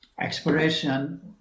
exploration